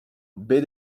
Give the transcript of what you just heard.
baie